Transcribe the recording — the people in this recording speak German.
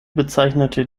bezeichnete